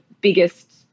biggest